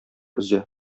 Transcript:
өзә